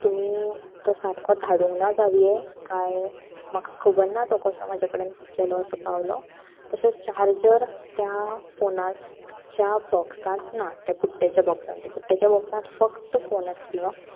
तुमी तो सारको धाडूंक ना जावंये काय म्हाका खबर तो कसो म्हज्या कडेन फुटलेलो असो पावलो तशेंच चार्जर त्या फोनाच्या बॉक्सांत ना त्या पुट्ट्याच्या बॉक्सांत त्या पुट्ट्याच्या बॉक्सांत फकत फोन आसलेलो